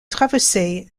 traverser